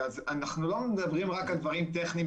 אנחנו לא מדברים רק על דברים טכניים